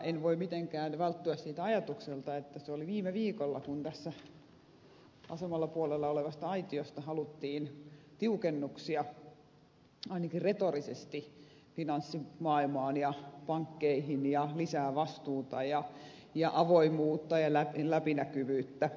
en voi mitenkään välttyä siltä ajatukselta että se oli viime viikolla kun tässä vasemmalla puolella olevasta aitiosta haluttiin tiukennuksia ainakin retorisesti finanssimaailmaan ja pankkeihin ja lisää vastuuta ja avoimuutta ja läpinäkyvyyttä